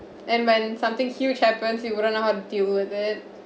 and when something huge happens you wouldn't know how to deal with it